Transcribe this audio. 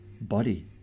body